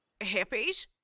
Hippies